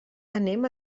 anem